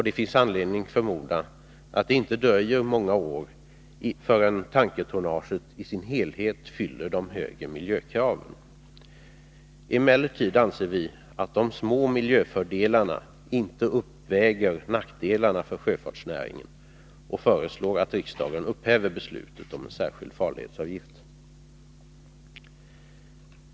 Det finns anledning förmoda att det inte dröjer många år, förrän tankertonnaget i sin helhet fyller de högre miljökraven. Vi anser emellertid att de små miljöfördelarna inte uppväger nackdelarna för sjöfartsnäringen och föreslår att riksdagen upphäver beslutet om en särskild farledsavgift.